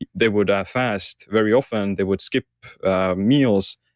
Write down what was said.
they would fast very often they would skip meals.